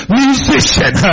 musician